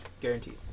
Guaranteed